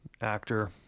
actor